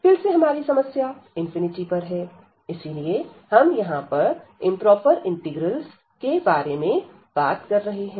फिर से हमारी समस्या पर है इसीलिए हम यहां पर इंप्रोपर इंटीग्रल्स के बारे में बात कर रहे हैं